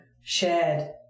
shared